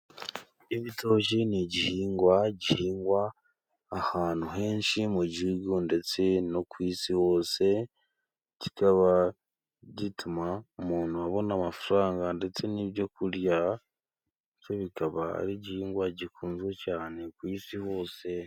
Ibitoki n'igihingwa gihingwa ahantu henshi mu gihugu, ndetse no ku isi hose. Kikaba gituma umuntu abona amafaranga, ndetse n'ibyo kurya byo bikaba ari igihingwa gikunzwe cyane ku isi hose.